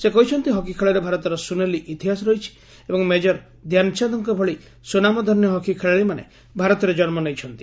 ସେ କହିଛନ୍ତି ହକି ଖେଳରେ ଭାରତର ସୁନେଲି ଇତିହାସ ରହିଛି ଏବଂ ମେଜର ଧାନଚାନ୍ଦଙ୍କ ଭଳି ସୁନାମଧନ୍ୟ ହକି ଖେଳାଳିମାନେ ଭାରତରେ ଜନ୍ମ ନେଇଛନ୍ତି